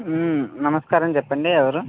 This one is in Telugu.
నమస్కారం చెప్పండి ఎవరు